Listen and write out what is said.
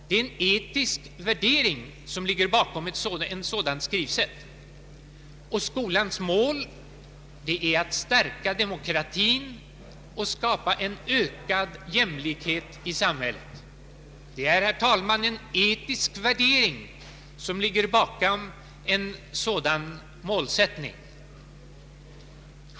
Det är en etisk värdering som ligger bakom ett sådant synsätt. Skolans mål är att stärka demokratin och skapa en ökad jämlikhet i samhället. Det är, herr talman, en etisk värdering som ligger bakom en sådan målsättning.